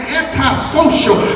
antisocial